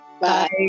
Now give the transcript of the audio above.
Bye